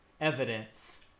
evidence